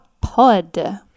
Pod